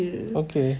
okay